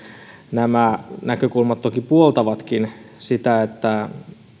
nämä näkökulmat toki puoltavatkin sitä että